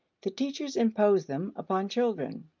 the teachers impose them upon children.